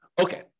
Okay